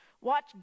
watch